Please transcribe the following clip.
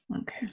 Okay